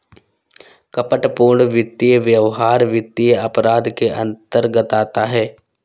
कपटपूर्ण वित्तीय व्यवहार वित्तीय अपराध के अंतर्गत आता है